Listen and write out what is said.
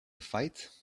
fight